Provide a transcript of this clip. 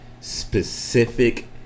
specific